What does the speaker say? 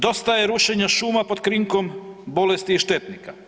Dosta je rušenja šuma pod krinkom bolesti i štetnika.